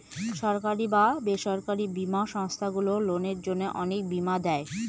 সরকারি বা বেসরকারি বীমা সংস্থারগুলো লোকের জন্য অনেক বীমা দেয়